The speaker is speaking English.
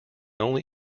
only